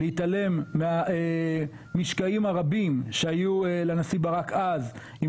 להתעלם מהמשקעים הרבים שהיו לנשיא ברק אז עם